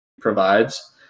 provides